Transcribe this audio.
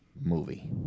movie